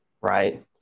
right